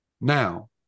now